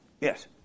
Yes